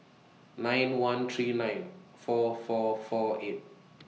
nine one three nine four four four eight